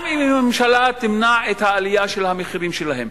גם אם הממשלה תמנע את העלייה של המחירים שלה.